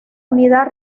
unidad